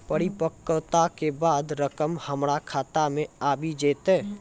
परिपक्वता के बाद रकम हमरा खाता मे आबी जेतै?